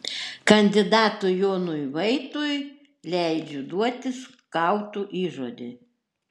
kandidatui jonui vaitui leidžiu duoti skautų įžodį